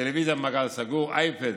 טלוויזיה במעגל סגור, אייפד